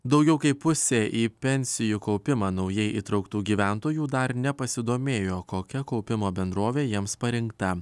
daugiau kaip pusė į pensijų kaupimą naujai įtrauktų gyventojų dar nepasidomėjo kokia kaupimo bendrovė jiems parinkta